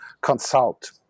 consult